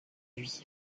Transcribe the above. lui